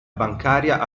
bancaria